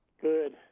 Good